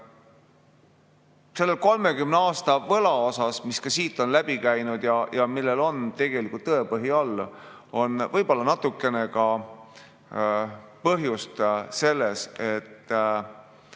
Selle 30 aasta võla osas, mis ka siit on läbi käinud ja millel on tegelikult tõepõhi all, on võib-olla natukene ka põhjus selles, et